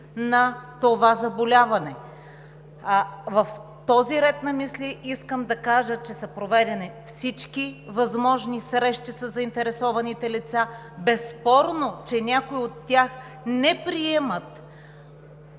на това заболяване. В този ред на мисли искам да кажа, че са проведени всички възможни срещи със заинтересованите лица. Безспорно, че някои от тях не приемат